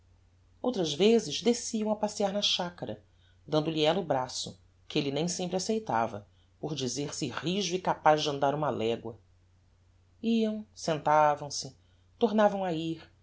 outras vezes desciam a passear na chacara dando-lhe ella o braço que elle nem sempre aceitava por dizer-se rijo e capaz de andar uma legua iam sentavam-se tornavam a